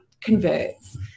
converts